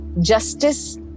Justice